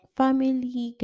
family